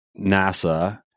nasa